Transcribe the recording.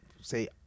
say